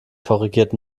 korrigiert